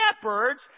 shepherds